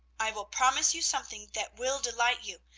i will promise you something that will delight you,